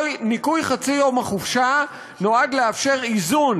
ניכוי חצי יום החופשה נועד לאפשר איזון